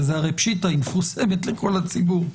היא מפורסמת לכל הציבור.